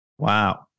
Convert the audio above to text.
Wow